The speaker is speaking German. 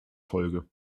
folge